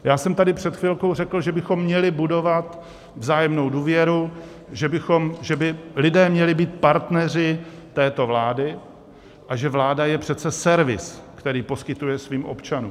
Já jsem tady před chvilkou řekl, že bychom měli budovat vzájemnou důvěru, že by lidé měli být partneři této vlády a že vláda je přece servis, který poskytuje svým občanům.